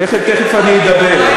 עליכם תכף אני אדבר.